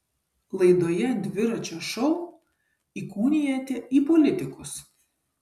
laidoje dviračio šou įkūnijate į politikus